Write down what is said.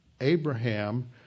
Abraham